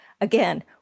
Again